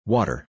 Water